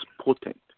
potent